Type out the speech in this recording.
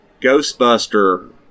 Ghostbuster